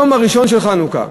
היום הראשון של חנוכה.